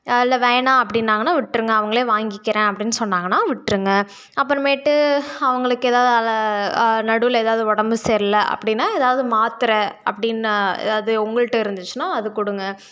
இல்லை வேணாம் அப்படின்னாங்கன்னா விட்டிருங்க அவர்களே வாங்கிக்கிறேன் அப்டின்னு சொன்னாங்கன்னால் விட்டிருங்க அப்புறமேட்டு அவர்களுக்கு ஏதாவது அதில் நடுவில் ஏதாவது உடம்பு சரியில்லை அப்படின்னா ஏதாவது மாத்தரை அப்படின்னா ஏதாவது உங்கள்கிட்ட இருந்துச்சுன்னா அது கொடுங்க